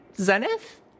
Zenith